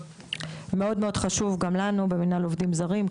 מאוד חשוב גם לנו במנהל עובדים זרים,